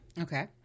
Okay